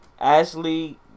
ashley